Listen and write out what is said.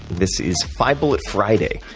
this is five bullet friday.